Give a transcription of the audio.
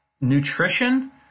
nutrition